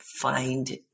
find